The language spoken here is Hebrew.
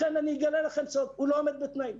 לכן אני אגלה לכם סוד, הוא לא עומד בתנאים.